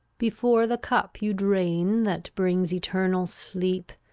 before the cup you drain that brings eternal sleep,